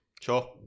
Sure